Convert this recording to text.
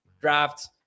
drafts